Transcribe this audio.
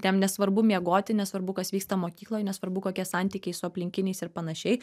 jam nesvarbu miegoti nevarbu kas vyksta mokykloj nesvarbu kokie santykiai su aplinkiniais ir panašiai